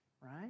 right